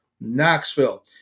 Knoxville